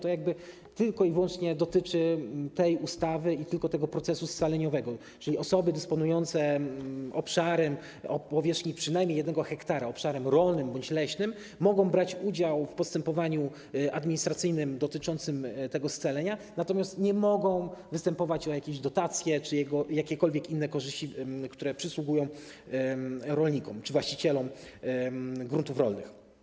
To dotyczy tylko i wyłącznie tej ustawy i tylko tego procesu scaleniowego, czyli osoby dysponujące obszarem o powierzchni przynajmniej 1 ha, obszarem rolnym bądź leśnym, mogą brać udział w postępowaniu administracyjnym dotyczącym tego scalenia, natomiast nie mogą występować o jakieś dotacje czy jakiekolwiek inne korzyści, które przysługują rolnikom czy właścicielom gruntów rolnych.